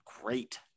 great